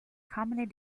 commonly